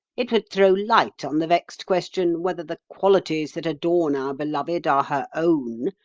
it would throw light on the vexed question whether the qualities that adorn our beloved are her own,